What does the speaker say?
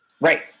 Right